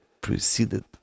preceded